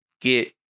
get